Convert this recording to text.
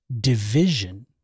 division